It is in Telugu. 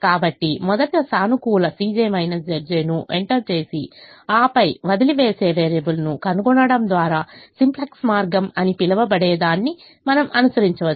కాబట్టి మొదట సానుకూల ను ఎంటర్ చేసి ఆపై వదిలివేసే వేరియబుల్ను కనుగొనడం ద్వారా సింప్లెక్స్ మార్గం అని పిలవబడేదాన్ని మనం అనుసరించవచ్చు